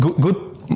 good